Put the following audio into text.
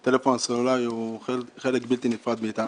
למשל דוגמה שיכול להיות שתבוא החברה ותגיד אני